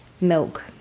milk